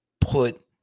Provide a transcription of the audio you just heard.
put